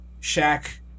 Shaq